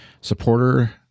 supporter